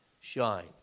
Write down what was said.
shine